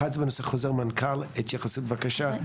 אחד זה בנושא חוזר מנכ"ל, התייחסות בבקשה.